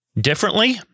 differently